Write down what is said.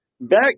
back